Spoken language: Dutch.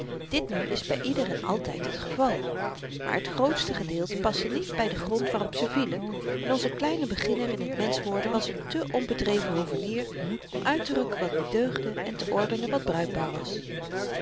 dit nu is by ieder en altyd het geval maar t grootste gedeelte paste niet by den grond waarop ze vielen en onze kleine beginner in t mensch worden was n te onbedreven hovenier om uitterukken wat niet deugde en te ordenen wat bruikbaar was